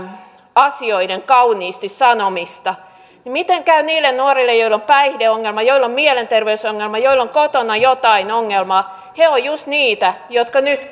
asioiden kauniisti sanomista niin miten käy niille nuorille joilla on päihdeongelma joilla on mielenterveysongelma joilla on kotona jotain ongelmaa he ovat just niitä jotka nyt